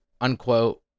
unquote